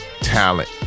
talent